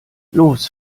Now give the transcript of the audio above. los